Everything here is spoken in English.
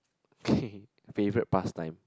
favourite past time